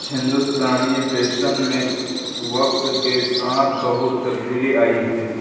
ہندوستانی فیشن میں وقت کے ساتھ بہت تبدیلی آئی ہے